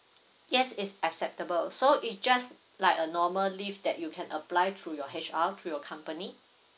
yes it's acceptable so it just like a normal leave that you can apply through your H_R through your company